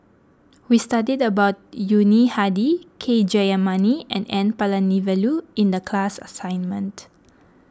we studied about Yuni Hadi K Jayamani and N Palanivelu in the class assignment